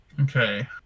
Okay